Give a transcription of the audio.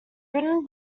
written